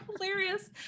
hilarious